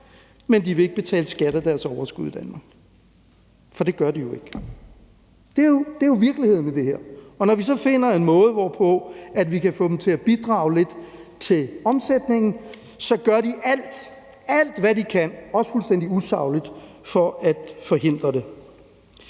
men de vil ikke betale skat af deres overskud i Danmark. For det gør de jo ikke. Det er jo virkeligheden i det her, og når vi så finder en måde, hvorpå vi kan få dem til at bidrage lidt til omsætningen, så gør de alt, hvad de kan, også fuldstændig usagligt, for at forhindre det.